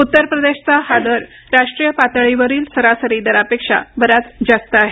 उत्तर प्रदेशचा हा दर राष्ट्रीय पातळीवरील सरासरी दरापेक्षा बराच जास्त आहे